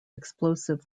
explosive